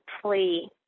plea